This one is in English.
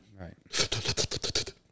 right